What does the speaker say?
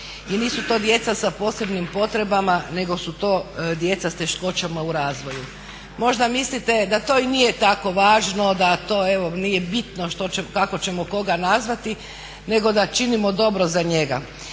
i nisu to djeca sa posebnim potrebama nego su djeca s teškoćama u razvoju. Možda mislite da to i nije tako važno da to evo nije bitno kako ćemo koga nazvati nego da činimo dobro za njega.